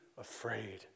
afraid